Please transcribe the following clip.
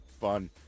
Fun